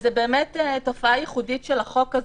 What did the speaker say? זו באמת תופעה ייחודית של החוק הזה,